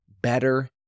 better